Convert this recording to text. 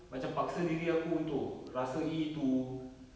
macam paksa diri aku untuk rasai itu